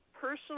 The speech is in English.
personal